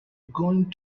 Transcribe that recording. going